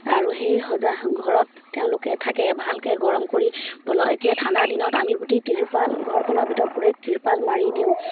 আৰু সেই সজা ঘৰত তেওঁলোকে থাকে ভালকৈ গৰম কৰি পল এতিয়া ঠাণ্ডা দিনত আমি গোটেই তিৰপাল ঘৰখনৰ ভিতৰত পোৰে তিৰপাল মাৰি দিওঁ